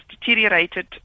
deteriorated